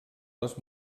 les